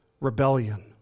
rebellion